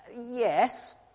Yes